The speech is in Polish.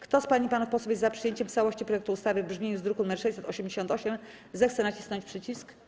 Kto z pań i panów posłów jest za przyjęciem w całości projektu ustawy w brzmieniu z druku nr 688, zechce nacisnąć przycisk.